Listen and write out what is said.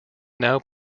now